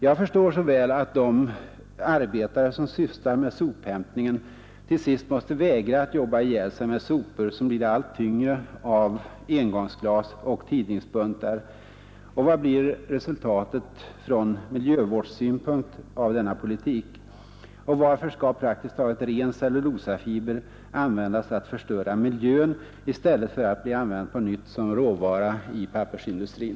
Jag förstår mycket väl att de arbetare som sysslar med sophämtningen till sist måste vägra att jobba med sopsäckar som blir allt tyngre av engångsglas och tidningsbuntar. — Vad blir resultatet ur miljövårdssynpunkt av denna politik? Och varför skall praktiskt taget ren cellulosafiber användas för att förstöra miljön i stället för att bli använd på nytt som råvara för pappersindustrin?